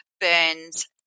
Burns